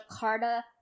Jakarta